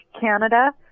Canada